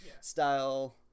style